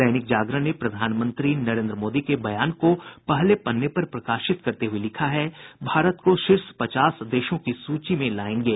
दैनिक जागरण ने प्रधानमंत्री नरेंद्र मोदी के बयान को पहले पन्ने पर प्रकाशित करते हुये लिखा है भारत को शीर्ष पचास देशों की सूची में लायेंगे